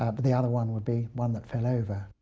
ah but the other one would be one that fell over.